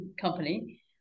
Company